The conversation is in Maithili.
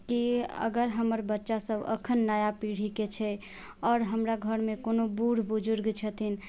कि अगर हमर बच्चा सब एखन नया पीढ़ीके छै आओर हमरा घरमे कोनो बुढ बुजुर्ग छथिन